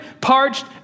parched